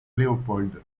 léopold